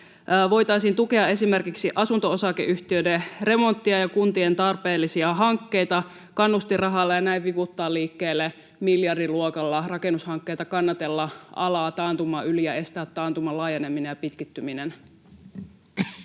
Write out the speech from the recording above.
Voitaisiin tukea esimerkiksi asunto-osakeyhtiöiden remontteja ja kuntien tarpeellisia hankkeita kannustinrahalla ja näin vivuttaa liikkeelle miljardiluokalla rakennushankkeita, kannatella alaa taantuman yli ja estää taantuman laajeneminen ja pitkittyminen.